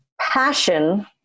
passion